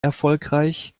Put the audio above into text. erfolgreich